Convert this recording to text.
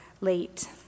late